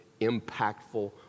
impactful